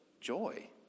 joy